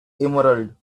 emerald